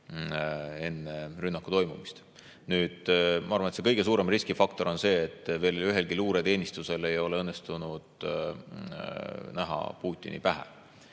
enne rünnaku toimumist. Ma arvan, et kõige suurem riskifaktor on see, et ühelgi luureteenistusel ei ole õnnestunud näha Putini pähe.